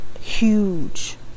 huge